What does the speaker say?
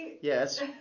yes